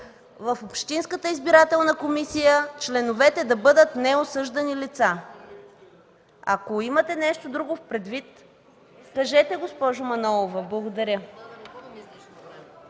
в общинската избирателна комисия членовете да бъдат неосъждани лица? Ако имате нещо друго предвид, кажете, госпожо Манолова. Благодаря.